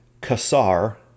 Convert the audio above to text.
kasar